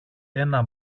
ένα